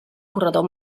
corredor